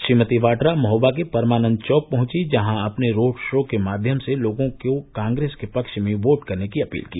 श्रीमती वाड्रा महोबा के परमानंद चौक पहँची जहां अपने रोड़ शो के माध्यम से लोगों के काँग्रेस के पक्ष में वोट देने की अपील की